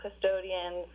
custodians